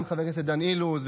גם לחבר הכנסת דן אילוז,